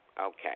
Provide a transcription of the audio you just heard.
Okay